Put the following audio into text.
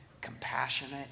compassionate